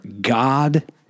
God